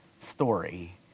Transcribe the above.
story